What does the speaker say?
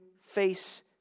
face